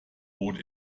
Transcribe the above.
bot